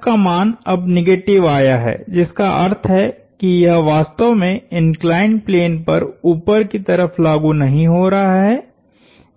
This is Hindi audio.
F का मान अब निगेटिव आया है जिसका अर्थ है कि यह वास्तव में इंक्लाइंड प्लेन पर ऊपर की तरफ लागु नहीं हो रहा है